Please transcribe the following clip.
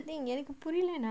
எனக்குபுரிலனா:enaku purilana